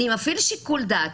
אני מפעיל שיקול דעת,